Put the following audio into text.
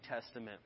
Testament